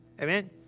Amen